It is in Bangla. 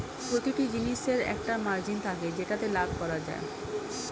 প্রতিটি জিনিসের একটা মার্জিন থাকে যেটাতে লাভ করা যায়